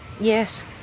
Yes